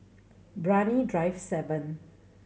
Brani Drive Seven